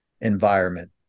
environment